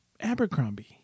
Abercrombie